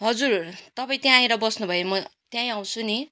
हजुर तपाईँ त्यहाँ आएर बस्नुभए म त्यहीँ आउँछु नि